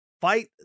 fight